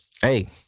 Hey